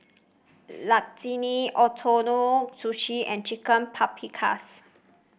Lasagne Ootoro Sushi and Chicken Paprikas